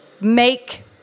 make